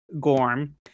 Gorm